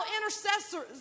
intercessors